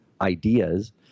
ideas